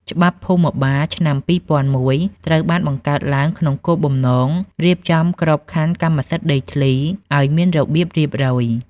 ច្បាប់ភូមិបាលឆ្នាំ ២០០១ ត្រូវបានបង្កើតឡើងក្នុងគោលបំណងរៀបចំក្របខណ្ឌកម្មសិទ្ធិដីធ្លីឱ្យមានរបៀបរៀបរយ។